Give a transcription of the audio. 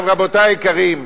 עכשיו, רבותי היקרים,